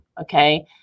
Okay